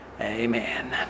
Amen